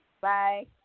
Bye